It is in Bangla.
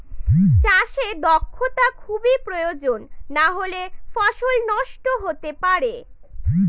চাষে দক্ষটা খুবই প্রয়োজন নাহলে ফসল নষ্ট হতে পারে